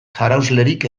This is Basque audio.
jaraunslerik